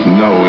no